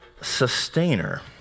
sustainer